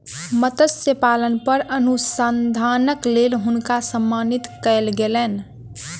मत्स्य पालन पर अनुसंधानक लेल हुनका सम्मानित कयल गेलैन